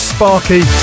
Sparky